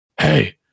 Hey